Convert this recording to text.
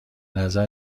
نظر